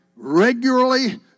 regularly